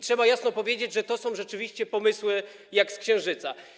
Trzeba jasno powiedzieć, że to są rzeczywiście pomysły jak z księżyca.